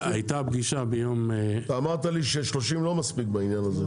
אתה אמרת לי ש-30 לא מספיק בעניין הזה.